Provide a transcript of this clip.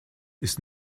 ist